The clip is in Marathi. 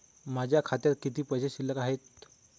माझ्या खात्यात किती पैसे शिल्लक आहेत?